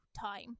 time